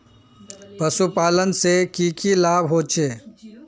पशुपालन से की की लाभ होचे?